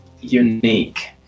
unique